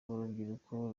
rubyiruko